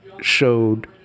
showed